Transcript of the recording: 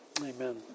Amen